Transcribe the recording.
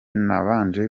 nabanje